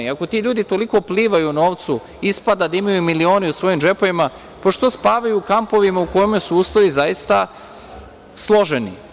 Ako ti ljudi toliko plivaju u novcu, ispada da imaju milione u svojim džepovima, pa što spavaju u kampovima u kojima su uslovi zaista složeni?